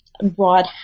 broad